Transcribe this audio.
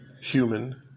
human